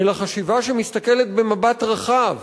אלא חשיבה שמסתכלת במבט רחב,